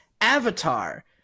avatar